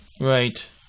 Right